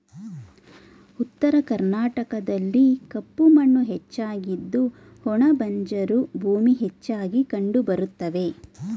ಉತ್ತರ ಕರ್ನಾಟಕದಲ್ಲಿ ಕಪ್ಪು ಮಣ್ಣು ಹೆಚ್ಚಾಗಿದ್ದು ಒಣ ಬಂಜರು ಭೂಮಿ ಹೆಚ್ಚಾಗಿ ಕಂಡುಬರುತ್ತವೆ